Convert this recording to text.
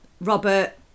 Robert